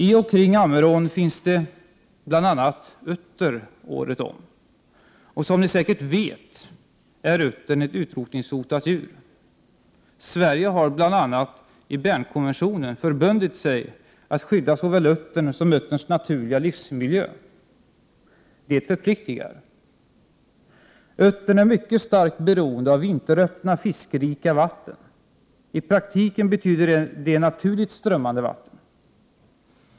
I och kring Ammerån finns det bl.a. utter året om. Som ni säkert vet är uttern ett utrotningshotat djur. Sverige har bl.a. i Bernkonventionen förbundit sig att skydda såväl uttern som utterns naturliga livsmiljö. Det förpliktigar. Uttern är mycket starkt beroende av vinteröppna fiskerika vatten. I praktiken betyder det naturligt strömmande vatten.